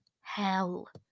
hell